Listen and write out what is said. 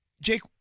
Jake